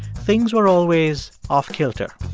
things were always off-kilter,